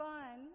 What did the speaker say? Fun